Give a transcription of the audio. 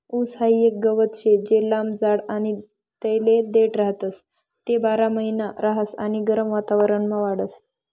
ऊस हाई एक गवत शे जे लंब जाड आणि तेले देठ राहतस, ते बारामहिना रहास आणि गरम वातावरणमा वाढस